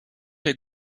est